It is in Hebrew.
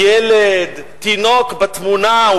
ילד או תינוק בתמונה,